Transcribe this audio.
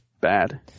bad